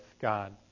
God